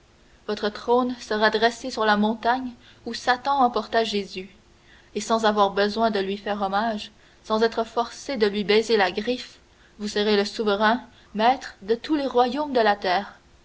votre trône sera dressé sur la montagne où satan emporta jésus et sans avoir besoin de lui faire hommage sans être forcé de lui baiser la griffe vous serez le souverain maître de tous les royaumes de la terre